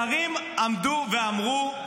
שרים עמדו ואמרו,